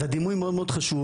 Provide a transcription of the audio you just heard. אז הדימוי מאוד מאוד חשוב,